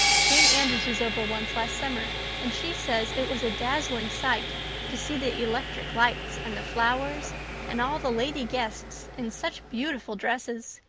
jane andrews was over once last summer and she says it was a dazzling sight to see the electric lights and the flowers and all the lady guests in such beautiful dresses.